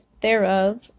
thereof